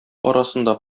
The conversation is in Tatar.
арасында